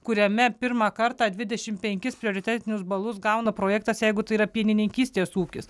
kuriame pirmą kartą dvidešimt penkis prioritetinius balus gauna projektas jeigu tai yra pienininkystės ūkis